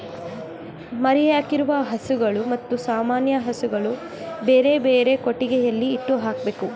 ಮರಿಯಾಕಿರುವ ಹಸುಗಳು ಮತ್ತು ಸಾಮಾನ್ಯ ಹಸುಗಳನ್ನು ಬೇರೆಬೇರೆ ಕೊಟ್ಟಿಗೆಯಲ್ಲಿ ಇಟ್ಟು ಹಾಕ್ಬೇಕು